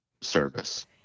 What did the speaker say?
service